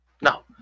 No